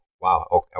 wow